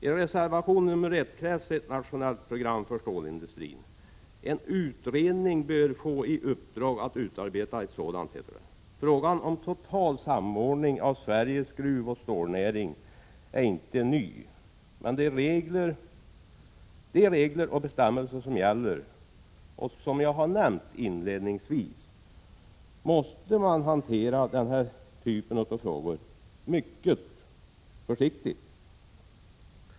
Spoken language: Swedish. I reservation 1 krävs ett nationellt program för stålindustrin. En utredning bör få i uppdrag att utarbeta ett sådant, heter det. Frågan om total samordning av Sveriges gruvoch stålnäring är inte ny. Med de regler och bestämmelser som gäller, vilka jag inledningsvis nämnde, måste man hantera denna typ av frågor mycket försiktigt.